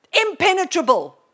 Impenetrable